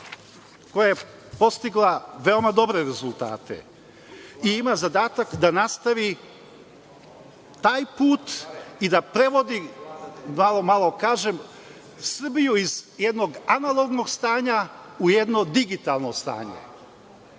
koja je postigla veoma dobre rezultate i ima zadatak da nastavi taj put i da prevodi, da ovo malo kažem, Srbiju iz jednog analognog stanja u jedno digitalno stanje.